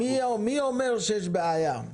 מי אומר שיש בעיה?